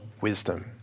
wisdom